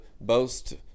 boast